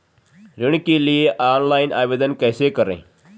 ऋण के लिए ऑनलाइन आवेदन कैसे करें?